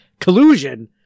Collusion